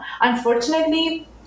Unfortunately